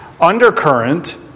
undercurrent